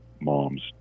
mom's